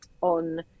on